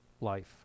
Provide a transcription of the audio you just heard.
life